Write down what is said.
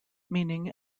meaning